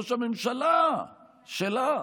ראש הממשלה שלך.